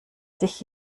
sich